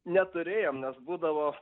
neturėjom nes būdavo